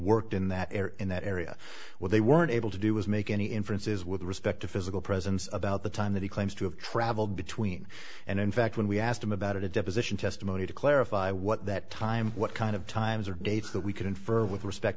worked in that area in that area where they weren't able to do was make any inferences with respect to physical presence about the time that he claims to have traveled between and in fact when we asked him about it a deposition testimony to clarify what that time what kind of times or dates that we could infer with respect